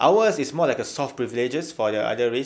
ours is more like a soft privileges for the other race